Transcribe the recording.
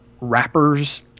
rappers